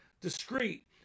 discreet